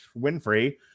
Winfrey